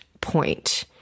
point